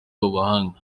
b’abahanga